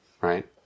right